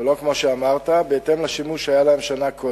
ולא כמו שאמרת, בהתאם לשימוש שהיה להם שנה קודם.